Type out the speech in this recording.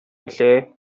билээ